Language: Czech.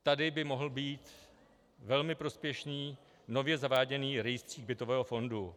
Tady by mohl být velmi prospěšný nově zaváděný rejstřík bytového fondu.